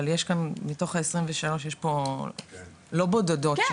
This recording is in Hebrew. אבל יש כאן מתוך ה- 23 יש פה לא בודדות,